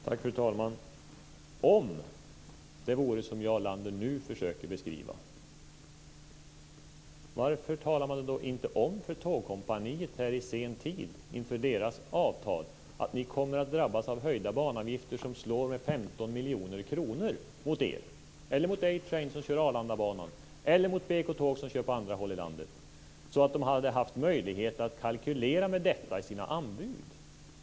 Fru talman! Om det vore som Jarl Lander nu försöker beskriva - varför talade man då inte om för Tågkompaniet i god tid inför deras avtal att de skulle komma att drabbas av höjda banavgifter? Det handlar om avgifter som slår med 15 miljoner kronor mot Tågkompaniet, mot A-Train som kör Arlandabanan och mot BK Tåg som kör på andra håll i landet. Då hade de haft möjlighet att kalkylera med den utgiften i sina anbud.